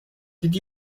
did